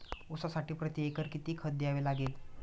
ऊसासाठी प्रतिएकर किती खत द्यावे लागेल?